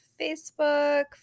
Facebook